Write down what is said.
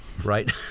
right